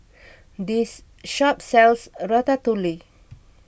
this shop sells Ratatouille